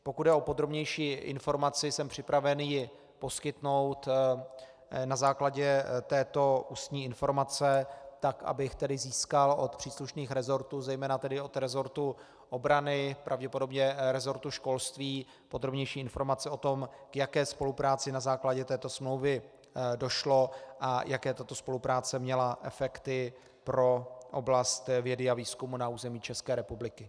Pokud jde o podrobnější informaci, jsem připraven ji poskytnout na základě této ústní informace tak, abych získal od příslušných resortů, zejména od resortu obrany, pravděpodobně resortu školství, podrobnější informace o tom, k jaké spolupráci na základě této smlouvy došlo a jaké tato spolupráce měla efekty pro oblast vědy a výzkumu na území České republiky.